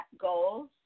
goals